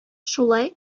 шулай